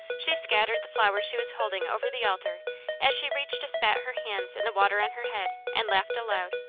she scattered the flowers she was holding over the altar as she reached to spat her hands in the water on her head and laughed aloud.